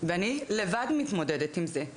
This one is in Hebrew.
ואני לבד מתמודדת עם זה.